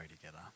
together